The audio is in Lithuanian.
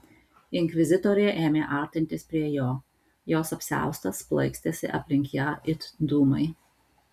inkvizitorė ėmė artintis prie jo jos apsiaustas plaikstėsi aplink ją it dūmai